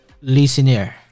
listener